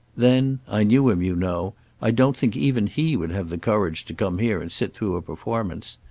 then i knew him, you know i don't think even he would have the courage to come here and sit through a performance.